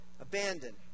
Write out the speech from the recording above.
abandoned